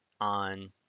on